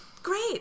Great